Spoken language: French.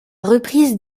reprise